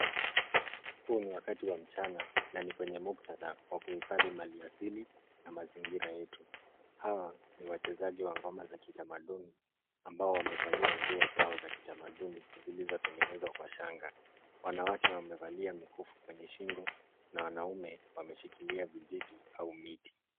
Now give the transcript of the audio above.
Huu ni wakati wa mchana na ni kwenye muktadha wa kuhifadhi mali asili na mazingira yetu. Hawa ni wachezaji wa ngoma za kitamaduni ambao wamevalia nguo zao za kitamaduni zilizotegenezwa kwa shanga. Wanawake wamevalia mikufu kwenye shingo na wanaume wameshikilia vijiti au miti.